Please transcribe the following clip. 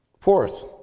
Fourth